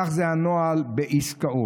כך זה הנוהל בעסקאות.